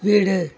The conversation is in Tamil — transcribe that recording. வீடு